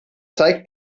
zeigt